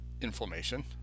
inflammation